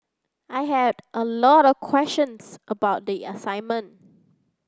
I had a lot of questions about the assignment